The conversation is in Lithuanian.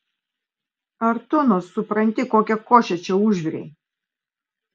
ar tu nors supranti kokią košę čia užvirei